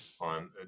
on